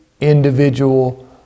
individual